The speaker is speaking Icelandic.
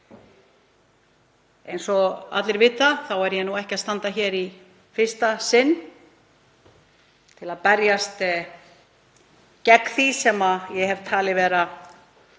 Eins og allir vita þá stend ég ekki hér í fyrsta sinn til að berjast gegn því sem ég hef talið vera